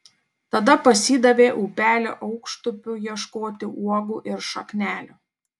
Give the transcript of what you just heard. tada pasidavė upelio aukštupiu ieškoti uogų ir šaknelių